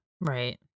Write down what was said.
Right